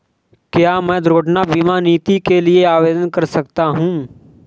क्या मैं दुर्घटना बीमा नीति के लिए आवेदन कर सकता हूँ?